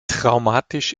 traumatisch